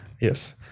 Yes